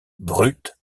brut